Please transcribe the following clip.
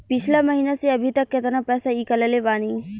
पिछला महीना से अभीतक केतना पैसा ईकलले बानी?